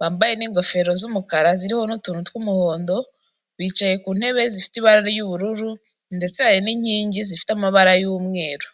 bambaye n'ingofero z'umukara ziriho n'utuntu tw'umuhondo, bicaye ku ntebe zifite ibara ry'ubururu ndetse hari n'inkingi zifite amabara y'umweru.